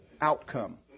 outcome